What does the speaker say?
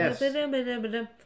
Yes